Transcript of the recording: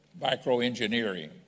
microengineering